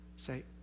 Say